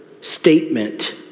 statement